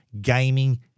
gaming